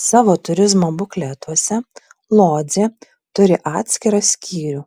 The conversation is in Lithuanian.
savo turizmo bukletuose lodzė turi atskirą skyrių